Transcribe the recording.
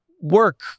work